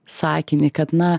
sakinį kad na